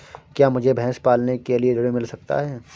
क्या मुझे भैंस पालने के लिए ऋण मिल सकता है?